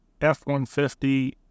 F-150